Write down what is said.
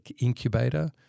incubator